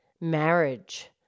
Marriage